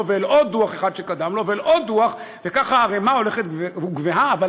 ואל עוד דוח אחד שקדם לו ואל עוד דוח,